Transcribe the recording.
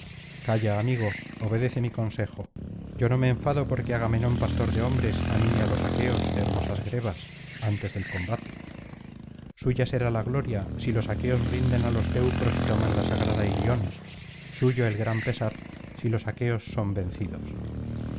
calla amigo obedece mi consejo yo no me enfado porque agamenón pastor de hombres anime á los aqueos de hermosas grebas antes del combate suya será la gloria si los aqueos rinden á los teneros y toman la sagrada ilion suyo el gran pesar silos aqueos son vencidos